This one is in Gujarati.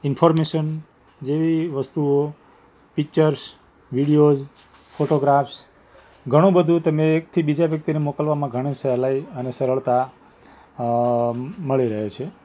ઇન્ફર્મેશન જેવી વસ્તુઓ પિક્ચર્સ વિડીઓઝ ફોટોગ્રાફ્સ ઘણું બધું તમે એકથી બીજા વ્યક્તિને મોકલવામાં ઘણી સહેલાઇ અને સરળતા મળી રહે છે